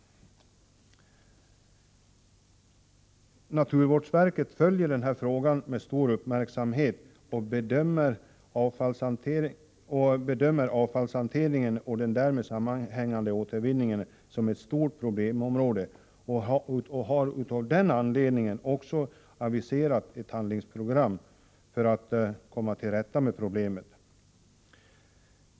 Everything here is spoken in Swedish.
Naturvårdsverket följer den här frågan med stor uppmärksamhet och betraktar avfallshanteringen och den därmed sammanhängande återvinningen som ett stort problem. Av den anledningen har naturvårdsverket aviserat en handlingsplan för att man skall kunna komma till rätta med problemen.